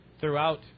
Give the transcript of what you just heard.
Throughout